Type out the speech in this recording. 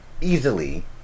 easily